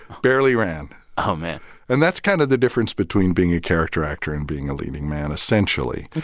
barely ran oh, man and that's kind of the difference between being a character actor and being a leading man. essentially,